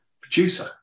producer